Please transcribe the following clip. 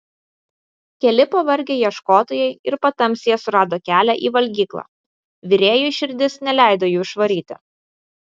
keli pavargę ieškotojai ir patamsyje surado kelią į valgyklą virėjui širdis neleido jų išvaryti